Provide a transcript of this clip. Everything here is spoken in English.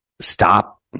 stop